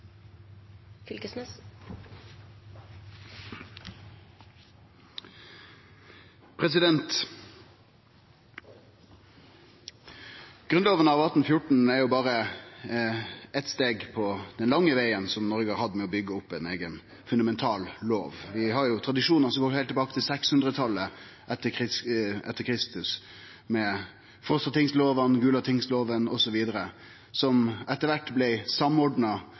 berre eitt steg på den lange vegen Noreg har hatt med å byggje opp ei eiga fundamental lov. Vi har jo tradisjonar som går heilt tilbake til 600-talet e.Kr., med Frostatingslova, Gulatingslova, osv., som etter kvart blei samordna